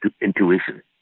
intuition